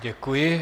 Děkuji.